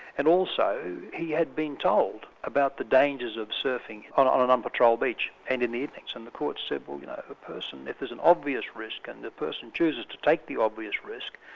and also he had been told about the dangers of surfing on on an unpatrolled beach, and in the evening. and the court said well you know, ah if there's an obvious risk and the person chooses to take the obvious risk,